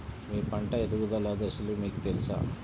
మీ పంట ఎదుగుదల దశలు మీకు తెలుసా?